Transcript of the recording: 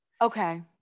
okay